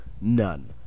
None